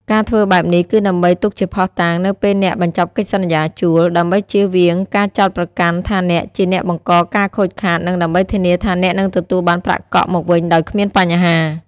ការធ្វើបែបនេះគឺដើម្បីទុកជាភស្តុតាង នៅពេលអ្នកបញ្ចប់កិច្ចសន្យាជួល ដើម្បីជៀសវាងការចោទប្រកាន់ថាអ្នកជាអ្នកបង្កការខូចខាត និងដើម្បីធានាថាអ្នកនឹងទទួលបានប្រាក់កក់មកវិញដោយគ្មានបញ្ហា។